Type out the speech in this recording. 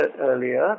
earlier